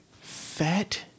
Fat